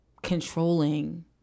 Controlling